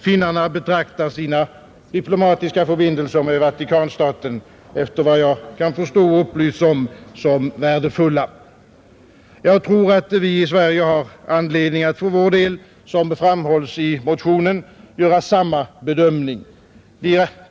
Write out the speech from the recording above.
Finländarna betraktar sina diplomatiska förbindelser med Vatikanstaten, efter vad jag kan förstå och upplysts om, som värdefulla, Jag tror att vi i Sverige har anledning att för vår del, som det framhålles i motionen, göra samma bedömning.